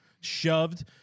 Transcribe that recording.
shoved